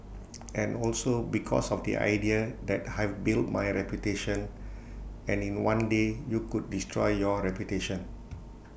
and also because of the idea that I've built my reputation and in one day you could destroy your reputation